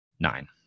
Nine